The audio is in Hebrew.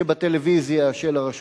שבטלוויזיה של הרשות